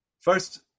first